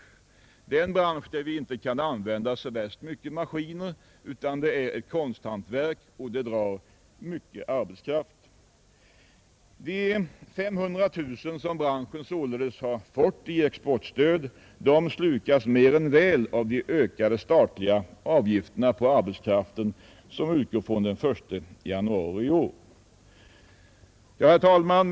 Det är en bransch där vi inte kan använda så värst mycket maskiner utan det är fråga om konsthantverk, vilket fordrar mycket arbetskraft. De 500 000 kronor som branschen har fått i exportstöd slukas mer än väl av de ökade statliga avgifter på arbetskraften som utgår från den I januari i år. Herr talman!